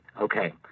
Okay